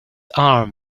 arm